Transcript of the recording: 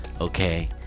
okay